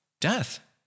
death